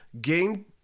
game